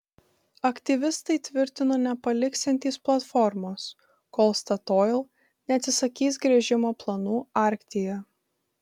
aktyvistai tvirtino nepaliksiantys platformos kol statoil neatsisakys gręžimo planų arktyje